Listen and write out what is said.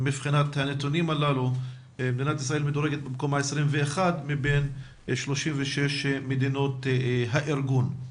מדינת ישראל מדורגת במקום ה-21 מבין 36 מדינות הארגון.